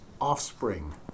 offspring